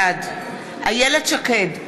בעד איילת שקד,